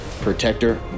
protector